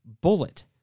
bullet